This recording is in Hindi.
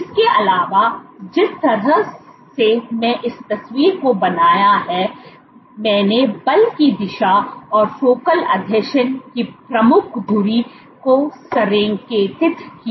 इसके अलावा जिस तरह से मैं इस तस्वीर को बनाया है मैंने बल की दिशा और फोकल आसंजन की प्रमुख धुरी को संरेखित किया